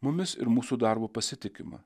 mumis ir mūsų darbu pasitikima